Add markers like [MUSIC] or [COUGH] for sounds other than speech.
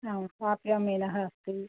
आं [UNINTELLIGIBLE] मीनः अस्ति